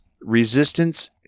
Resistance